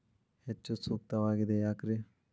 ಹೆಚ್ಚು ಸೂಕ್ತವಾಗಿದೆ ಯಾಕ್ರಿ?